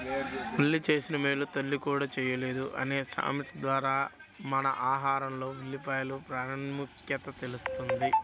ఉల్లి చేసిన మేలు తల్లి కూడా చేయలేదు అనే సామెత ద్వారా మన ఆహారంలో ఉల్లిపాయల ప్రాముఖ్యత తెలుస్తుంది